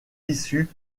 issues